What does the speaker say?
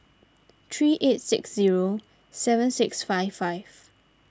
three eight six zero seven six five five